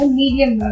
medium